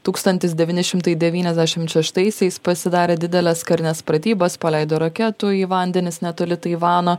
tūkstantis devyni šimtai devyniasdešimt šeštaisiais pasidarė dideles karines pratybas paleido raketų į vandenis netoli taivano